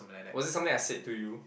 was it something I said to you